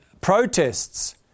protests